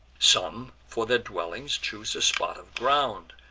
some for their dwellings choose a spot of ground,